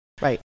Right